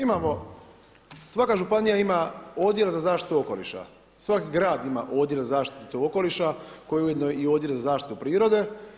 Imamo, svaka županija ima Odjel za zaštitu okoliša, svaki grad ima Odjel za zaštitu okoliša koji je ujedno i Odjel za zaštitu prirode.